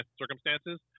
circumstances